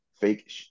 fake